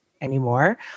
anymore